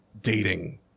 dating